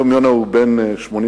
היום יונה הוא בן 85,